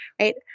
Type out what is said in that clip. right